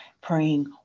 praying